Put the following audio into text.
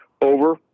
over